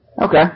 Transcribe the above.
Okay